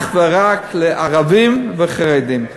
אך ורק לערבים וחרדים.